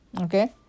Okay